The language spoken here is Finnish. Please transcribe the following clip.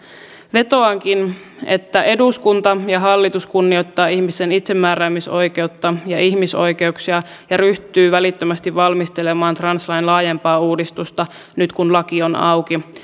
vetoankin että eduskunta ja hallitus kunnioittavat ihmisen itsemääräämisoikeutta ja ihmisoikeuksia ja ryhtyvät välittömästi valmistelemaan translain laajempaa uudistusta nyt kun laki on auki